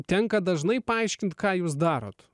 tenka dažnai paaiškint ką jūs darot